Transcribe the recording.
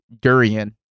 durian